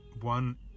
one